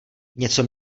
něco